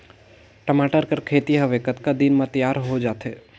टमाटर कर खेती हवे कतका दिन म तियार हो जाथे?